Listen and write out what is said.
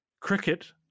Cricket